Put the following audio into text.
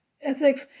ethics